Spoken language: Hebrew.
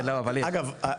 אגב,